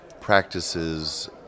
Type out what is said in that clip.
practices